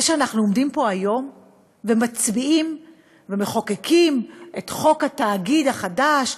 זה שאנחנו עומדים פה היום ומצביעים ומחוקקים את חוק התאגיד החדש,